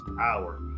hour